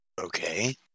Okay